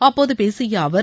அப்போது பேசிய அவர்